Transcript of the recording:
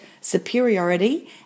superiority